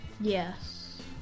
yes